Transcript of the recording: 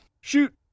shoot